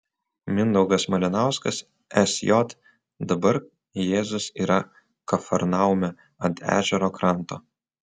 mindaugas malinauskas sj dabar jėzus yra kafarnaume ant ežero kranto